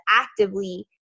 actively